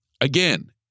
Again